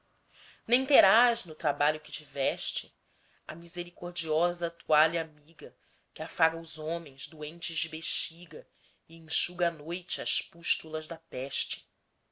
nem terás no trabalho que tiveste a misericordiosa toalha amiga que afaga os homens doentes de bexiga e enxuga à noite as pústulas da peste